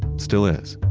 still is,